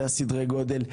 זה סדרי הגודל.